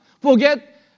Forget